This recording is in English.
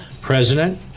president